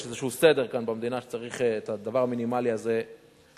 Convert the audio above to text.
יש איזשהו סדר כאן במדינה וצריך את הדבר המינימלי הזה לעשות.